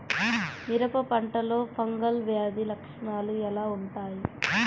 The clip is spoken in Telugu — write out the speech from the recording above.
మిరప పంటలో ఫంగల్ వ్యాధి లక్షణాలు ఎలా వుంటాయి?